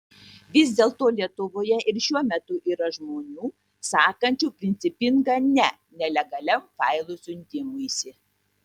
vis dėlto lietuvoje ir šiuo metu yra žmonių sakančių principingą ne nelegaliam failų siuntimuisi